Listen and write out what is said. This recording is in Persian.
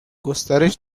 گسترش